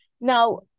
now